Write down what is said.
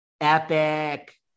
epic